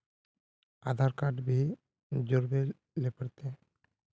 आधार card भी जोरबे ले पड़ते?